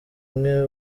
umwe